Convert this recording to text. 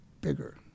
bigger